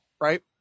right